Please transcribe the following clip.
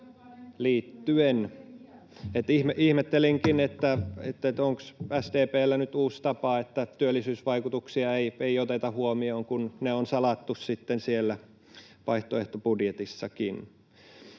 Ihmettelinkin, onko SDP:llä nyt uusi tapa, että työllisyysvaikutuksia ei oteta huomioon, kun ne on salattu siellä vaihtoehtobudjetissakin.